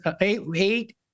eight